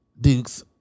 Dukes